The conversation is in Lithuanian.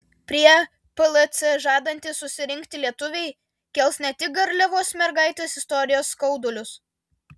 prie plc žadantys susirinkti lietuviai kels ne tik garliavos mergaitės istorijos skaudulius